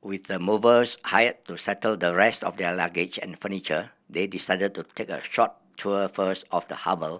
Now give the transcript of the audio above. with the movers hired to settle the rest of their luggage and furniture they decided to take a short tour first of the harbour